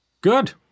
Good